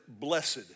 blessed